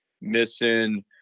missing